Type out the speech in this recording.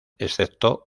excepto